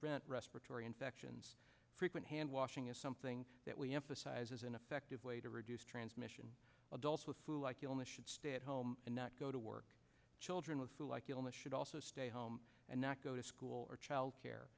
rent respiratory infections frequent hand washing is something that we emphasize is an effective way to reduce transmission adults with flu like illness should stay at home and not go to work children with flu like illness should also stay home and not go to school or child care